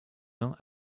uns